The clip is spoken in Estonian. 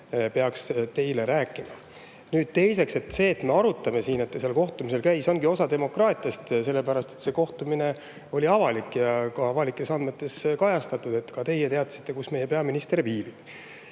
ise teile rääkima. Teiseks, see, et me arutame siin, et ta seal kohtumisel käis, ongi osa demokraatiast. See kohtumine oli avalik ja avalikes andmetes kajastatud. Ka teie teadsite, kus meie peaminister viibib.